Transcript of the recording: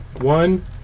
One